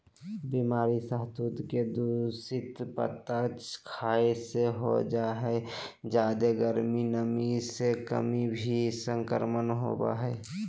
बीमारी सहतूत के दूषित पत्ता खाय से हो जा हई जादे गर्मी, नमी के कमी से भी संक्रमण होवई हई